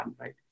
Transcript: right